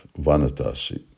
vanatasi